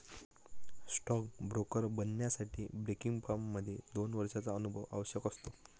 stock broker बनण्यासाठी broking firm मध्ये दोन वर्षांचा अनुभव आवश्यक असतो